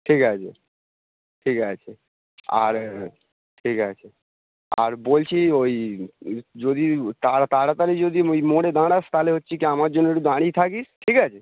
ঠিক আছে ঠিক আছে আর ঠিক আছে আর বলছি ওই যদি তাড়া তাড়াতাড়ি যদি ওই মোড়ে দাঁড়াস তাহলে হচ্ছে কী আমার জন্য একটু দাঁড়িয়ে থাকিস ঠিক আছে